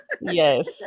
yes